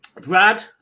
Brad